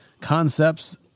concepts